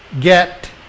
get